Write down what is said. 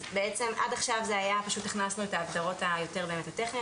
עד עכשיו פשוט הכנסנו את ההגדרות היותר טכניות.